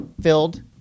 filled